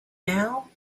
now